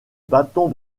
bâtons